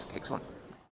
Excellent